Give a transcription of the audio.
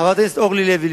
חברת הכנסת אורלי לוי,